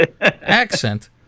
accent